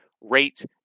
rate